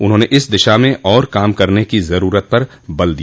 उन्होंने इस दिशा में और काम करने की जरूरत पर बल दिया